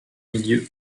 milieu